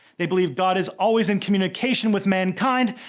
they believe god is always in communication with mankind,